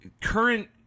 current